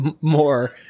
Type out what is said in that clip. more